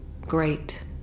great